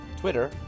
Twitter